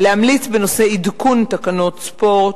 להמליץ בנושא עדכון תקנות ספורט,